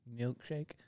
milkshake